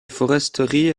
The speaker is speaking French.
foresterie